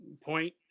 point